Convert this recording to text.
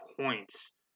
points